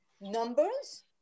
numbers